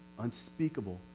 unspeakable